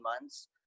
months